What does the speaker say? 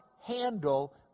handle